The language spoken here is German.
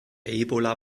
ebola